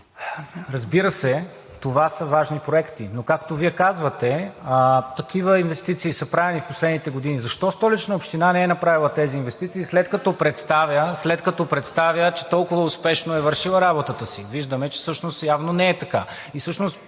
Разбира се, това са важни проекти, но както Вие казвате, такива инвестиции са правени в последните години. Защо Столична община не е направила тези инвестиции, след като представя, че толкова успешно е вършила работата си? Виждаме, че всъщност явно не е така.